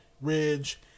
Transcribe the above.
Ridge